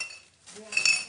להסתפק כרגע בשנתיים.